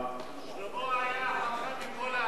שלמה היה החכם מכל האדם.